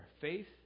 faith